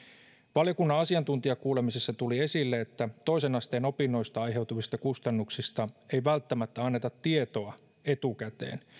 valiokunnan asiantuntijakuulemissa tuli esille että toisen asteen opinnoista aiheutuvista kustannuksista ei välttämättä anneta tietoa etukäteen